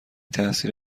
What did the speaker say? تاثیر